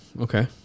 okay